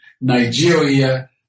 Nigeria